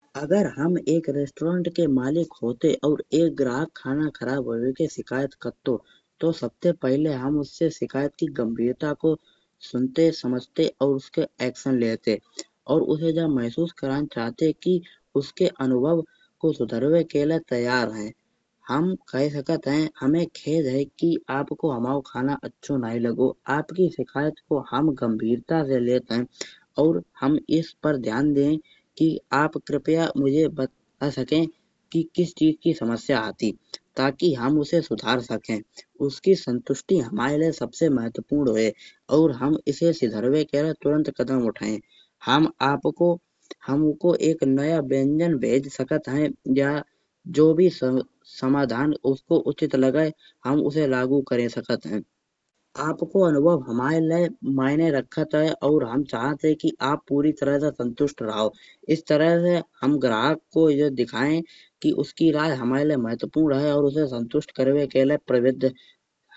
अगर हम एक रेस्टोरेंट के मालिक होते और एक ग्राहक खाना खराब होयबे की शिकायत करत तो। तो सबसे पहिले हम उसे शिकायत की गंभीरता को सुनते और समझते एक्शन लेते और उसे जा महसूस कराते। कि उसके अनुभव को सुधारवे के लिए तैयर हैं हम। कह सकत हैं हमें खेद है कि आपको हमाओ खाना अच्छो नाहीं लागो। आपकी शिकायत को गंभीरता से लेते हैं और हम इस पर ध्यान दे कि। आप कृपया मुझे बता सके कि किस चीज की समस्या आती ताकि हम उसे सुधार सके। उसके संतुष्टि हमाये लिए सबसे महत्वपूर्ण होय और हम इससे सुधारवे के लिए तुरंत कदम उठाये। हम आपको हमको एक नया व्यंजन भेज सकत हैं या जो भी समाधान उसको उचित लगे हम उसे लागू सकत हैं। आपको अनुभव हमारे लिए मायने रखता है और हम चाहते हैं कि आप पूरी तरह से संतुष्ट रहो। इस तरह से हम ग्राहक को ये दिखाये कि उसकी राय हमारे लिए महत्वपूर्ण है और उसे संतुष्ट करवे के लिए।